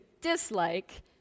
dislike